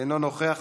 אינו נוכח,